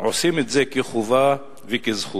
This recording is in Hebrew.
עושים את זה כחובה וכזכות.